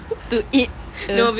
to eat a